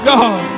God